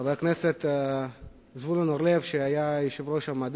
חבר הכנסת זבולון אורלב, שהיה יושב-ראש ועדת המדע,